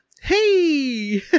Hey